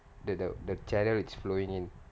the the the channel it's flowing in